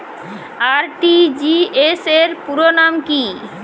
RTGS র পুরো নাম কি?